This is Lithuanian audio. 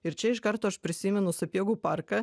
ir čia iš karto prisimenu sapiegų parką